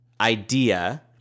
idea